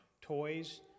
toys